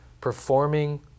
performing